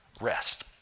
rest